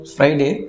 Friday